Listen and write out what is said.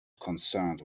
concerned